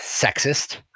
Sexist